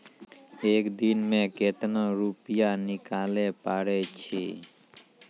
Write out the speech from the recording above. एक दिन मे केतना रुपैया निकाले पारै छी?